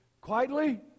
quietly